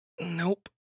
Nope